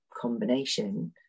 combination